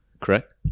correct